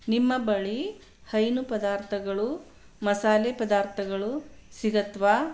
ನಿಮ್ಮ ಬಳಿ ಹೈನು ಪದಾರ್ಥಗಳು ಮಸಾಲೆ ಪದಾರ್ಥಗಳು ಸಿಗುತ್ವಾ